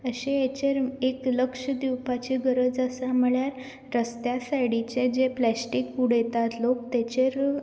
अशें हाचेर एक लक्ष्य दिवपाची गरज आसा म्हणल्यार रस्त्या सायडिकचें जें प्लासटीक उडयतात लोक ताचेर